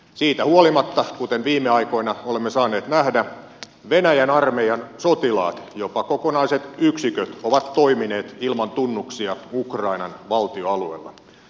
siitä huolimatta kuten viime aikoina olemme saaneet nähdä venäjän armeijan sotilaat jopa kokonaiset yksiköt ovat toimineet ilman tunnuksia ukrainan valtion alueella